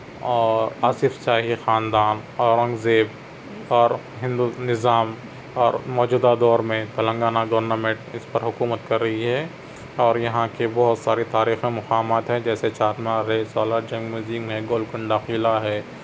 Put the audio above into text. اور آصف شاہی خاندان اورنگزیب اور ہندو نظام اور موجودہ دور میں تلنگانہ گورنمنٹ اس پر حکومت کر رہی ہے اور یہاں کے بہت سارے تاریخی مقامات ہیں جیسے چار مینار ہے سولار چنگ میوزیم ہے گولکنڈہ قلعہ ہے